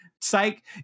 psych